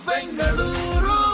Bengaluru